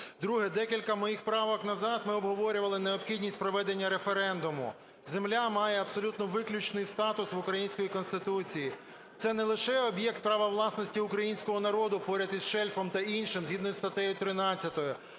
Друге. Декілька моїх правок назад ми обговорювали необхідність проведення референдуму. Земля має абсолютно виключний статус в українській Конституції. Це не лише об'єкт права власності українського народу поряд із шельфом та іншим згідно зі статтею 13.